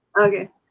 Okay